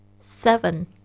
Seven